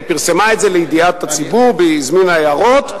היא פרסמה את זה לידיעת הציבור והיא הזמינה הערות.